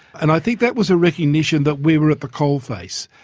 and i think that was a recognition that we were at the coalface.